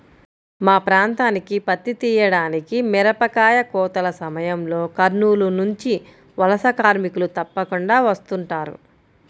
మా ప్రాంతానికి పత్తి తీయడానికి, మిరపకాయ కోతల సమయంలో కర్నూలు నుంచి వలస కార్మికులు తప్పకుండా వస్తుంటారు